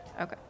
Okay